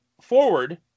forward